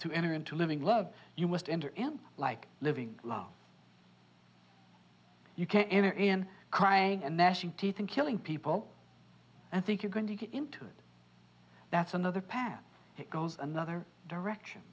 to enter into living love you must enter in like living love you can enter in crying and gnashing teeth and killing people and think you're going to get into it that's another path it goes another direction